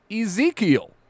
Ezekiel